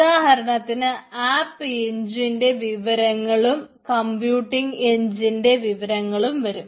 ഉദാഹരണത്തിന് ആപ്പ് എൻജിൻറെ വിവരങ്ങളും കമ്പ്യൂട്ടിംഗ് എൻജിൻറെ വിവരങ്ങളും വരും